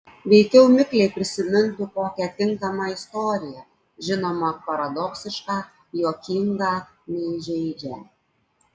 veikiau mikliai prisimintų kokią tinkamą istoriją žinoma paradoksišką juokingą neįžeidžią